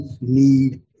need